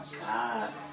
God